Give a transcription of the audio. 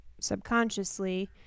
Subconsciously